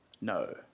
no